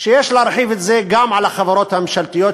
שיש להרחיב את זה גם על החברות הממשלתיות,